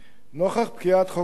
נוכח פקיעת חוק טל,